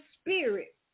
Spirit